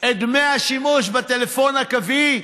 את דמי השימוש בטלפון הקווי,